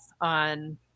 on